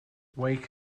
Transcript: wake